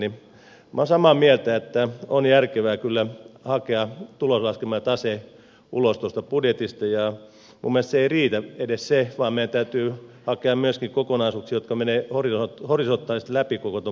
minä olen samaa mieltä on järkevää kyllä hakea tuloslaskelma ja tase ulos tuosta budjetista ja minun mielestäni ei riitä edes se vaan meidän täytyy hakea myöskin kokonaisuuksia jotka menevät horisontaalisesti läpi koko tuon budjetin